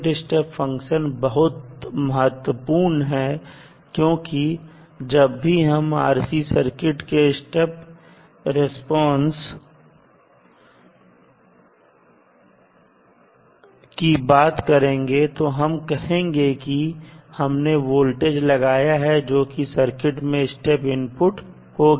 unit step function बहुत महत्वपूर्ण है क्योंकि जब भी हम RC सर्किट के स्टेप रिस्पांस की बात करेंगे हम कहेंगे कि हमने वोल्टेज लगाया है जो कि सर्किट में स्टेप इनपुट होगी